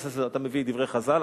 אתה מביא את דברי חז"ל,